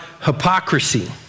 hypocrisy